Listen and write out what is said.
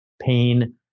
pain